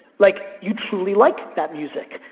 like, you truly like that music,